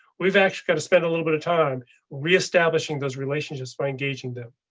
we've actually got to spend a little bit of time reestablishing those relationships by engaging them.